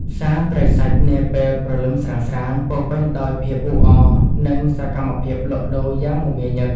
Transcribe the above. ផ្សារត្រីសាច់នាពេលព្រលឹមស្រាងៗពោរពេញដោយភាពអ៊ូអរ និងសកម្មភាពលក់ដូរយ៉ាងមមាញឹក។